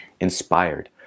inspired